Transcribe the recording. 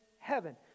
heaven